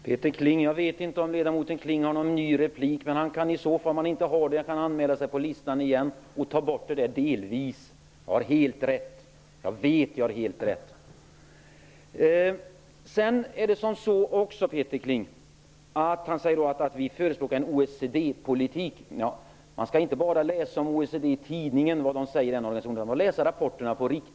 Herr talman! Jag vet inte om ledamoten Kling har någon ny replik, men om han inte har det kan han anmäla sig på listan igen och ta bort ''delvis''. Jag vet att jag har helt rätt! Peter Kling säger att Ny demokrati förespråkar en OECD-politik. Man skall inte bara läsa om OECD i tidningen. Man skall läsa dess rapporter.